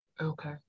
Okay